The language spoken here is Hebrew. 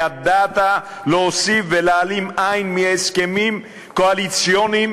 ידעת להוסיף ולהעלים עין מהסכמים קואליציוניים